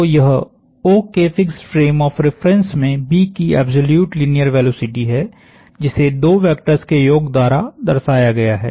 तोयह O के fixed frame of reference में B की एब्सोल्यूट लीनियर वेलोसिटी है जिसे दो वेक्टर्स के योग द्वारा दर्शाया गया है